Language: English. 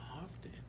Often